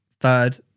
third